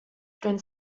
stuein